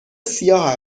سیاه